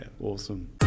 awesome